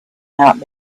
out